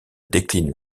déclinent